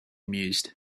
mused